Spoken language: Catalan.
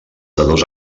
dos